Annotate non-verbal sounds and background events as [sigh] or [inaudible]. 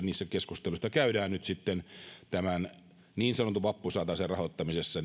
keskusteluissa joita käydään nyt tämän niin sanotun vappusatasen rahoittamisesta [unintelligible]